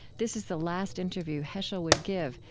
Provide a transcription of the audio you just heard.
this is the last interview heschel would give,